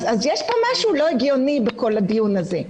אז יש פה משהו לא הגיוני בכל הדיון הזה.